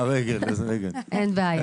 אין בעיה.